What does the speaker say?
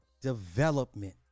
development